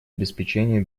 обеспечению